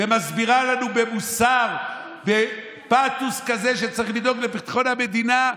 ומסבירה לנו בפתוס כזה שצריך לדאוג לביטחון המדינה,